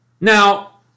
Now